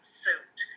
suit